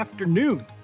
Afternoon